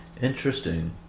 Interesting